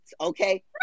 okay